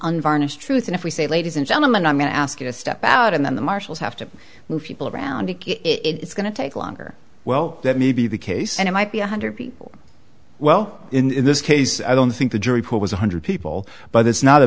unvarnished truth and if we say ladies and gentlemen i'm going to ask you to step out and then the marshals have to move people around and it's going to take longer well that may be the case and it might be a hundred people well in this case i don't think the jury pool was one hundred people but it's not a